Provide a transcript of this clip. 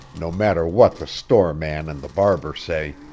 no matter what the store man and the barber say!